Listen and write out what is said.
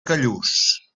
callús